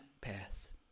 path